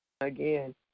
Again